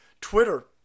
Twitter